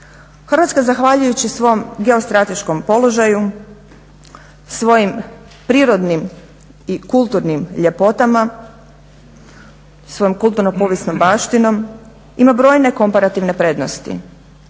Hrvatska zahvaljujući svom geostrateškom položaju, svojim prirodnim i kulturnim ljepotama, svojom kulturno-povijesnom baštinom ima brojne komparativne prednosti,